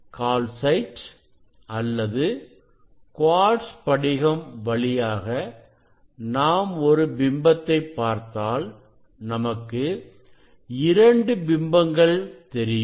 calcite அல்லது quartz படிகம் வழியாக நாம் ஒரு பிம்பத்தை பார்த்தாள் நமக்கு இரண்டு பிம்பங்கள் தெரியும்